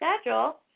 schedule